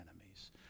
enemies